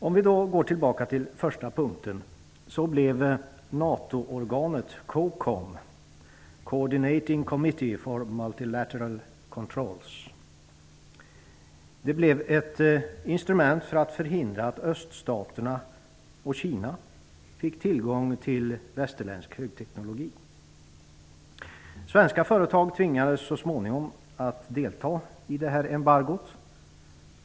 Om vi går tillbaka till första punkten ser vi att NATO-organet COCOM, Coordinating Committee for Multilateral Export Controls, blev ett instrument för att förhindra att öststaterna och Kina fick tillgång till västerländsk högteknologi. Svenska företag tvingades så småningom att delta i detta embargo.